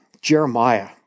Jeremiah